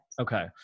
Okay